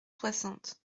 soixante